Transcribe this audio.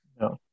No